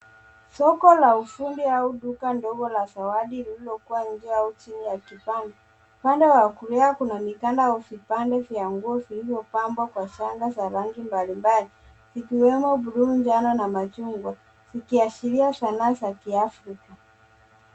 Soko la ufundi au duka ndogo la zawadi lililokuwa nje au chini ya kibanda. Upande wa kulia kuna mikanda au vipande vya nguo vilivyopambwa kwa shanga za rangi mbalimbali zikiwemo buluu, njano na machungwa, zikiashiria sanaa za kiafrika.